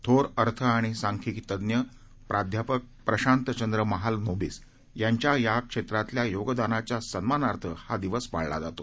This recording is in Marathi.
थोर अर्थ आणि सांख्यिकी तज्ञ प्राध्यापक प्रशांत चंद्र महालनोबिस यांच्या या क्षेत्रातल्या योगदानाच्या सन्मानार्थ हा दिवस पाळला जातो